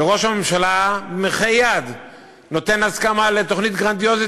וראש הממשלה במחי יד נותן הסכמה לתוכנית גרנדיוזית